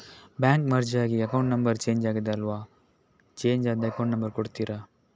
Bank merge ಆಗಿ account number change ಆಗಿದೆ ಅಲ್ವಾ, ಚೇಂಜ್ ಆದ ಅಕೌಂಟ್ ನಂಬರ್ ಕೊಡ್ತೀರಾ?